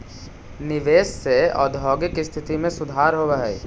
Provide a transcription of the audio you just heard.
निवेश से औद्योगिक स्थिति में सुधार होवऽ हई